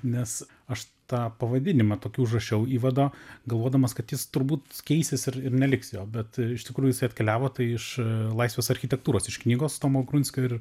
nes aš tą pavadinimą tokį užrašiau įvado galvodamas kad jis turbūt keisis ir ir neliks jo bet iš tikrųjų atkeliavo tai iš laisvės architektūros iš knygos tomo grunskio ir